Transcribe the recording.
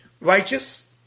Righteous